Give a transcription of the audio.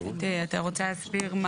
אתה רוצה להסביר?